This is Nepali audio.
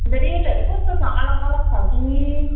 अन्त रेटहरू कस्तो छ अलग अलग छ कि